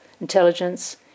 intelligence